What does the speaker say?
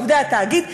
בעובדי התאגיד,